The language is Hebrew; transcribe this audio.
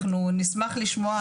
אנחנו נשמח לשמוע,